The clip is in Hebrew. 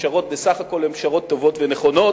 הפשרות בסך הכול הן פשרות טובות ונכונות.